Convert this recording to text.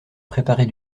préparer